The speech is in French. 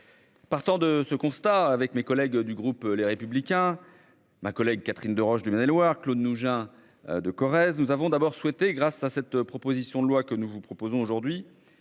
Partant de ce constat avec mes collègues du groupe Les Républicains ma collègue Catherine Deroche du Maine et Loire Claude Mougin de Corrèze. Nous avons d'abord souhaité grâce à cette proposition de loi que nous vous proposons aujourd'hui